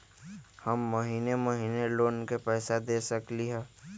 हम महिने महिने लोन के पैसा दे सकली ह?